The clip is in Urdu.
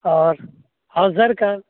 اور ہوزر کا